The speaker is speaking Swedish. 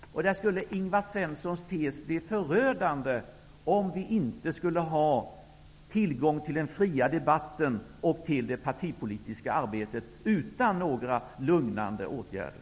Här kommer Ingvar Svenssons tes in i bilden. Det skulle bli förödande om vi inte skulle ha tillgång till den fria debatten och det partipolitiska arbetet -- utan några lugnande åtgärder.